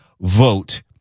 vote